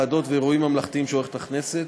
הוועדות ואירועים ממלכתיים שעורכת הכנסת,